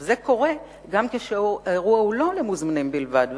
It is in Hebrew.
זה קורה גם כאשר האירוע הוא לא למוזמנים בלבד,